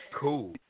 Cool